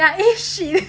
then like eh shit